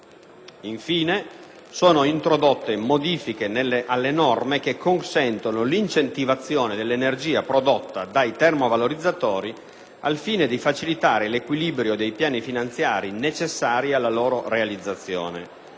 Infine, sono introdotte modifiche alle norme che consentono l'incentivazione dell'energia prodotta dai termovalorizzatori, al fine di facilitare l'equilibrio dei piani finanziari necessari alla loro realizzazione,